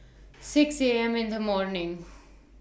six A M in The morning